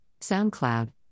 SoundCloud